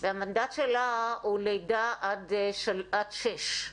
והמנדט שלה הוא לידה עד שש,